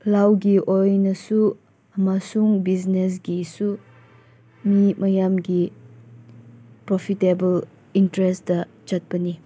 ꯂꯧꯒꯤ ꯑꯣꯏꯅꯁꯨ ꯑꯃꯁꯨꯡ ꯕꯤꯖꯤꯅꯦꯁꯒꯤꯁꯨ ꯃꯤ ꯃꯌꯥꯝꯒꯤ ꯄ꯭ꯔꯣꯐꯤꯇꯦꯕꯜ ꯏꯟꯇꯔꯦꯁꯇ ꯆꯠꯄꯅꯤ